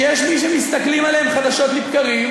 שיש מי שמסתכלים עליהם חדשות לבקרים,